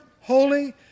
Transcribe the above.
holy